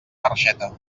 barxeta